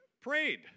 prayed